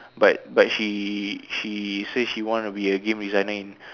but but she she says she want to be a game designing in